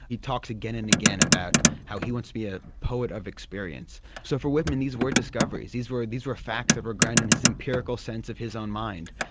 he talks again and again about how he wants to be a poet of experience. so for whitman these were discoveries, these were these were facts that were ground in his empirical sense of his own mind.